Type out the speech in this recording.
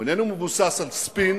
הוא איננו מבוסס על ספין,